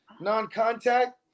Non-contact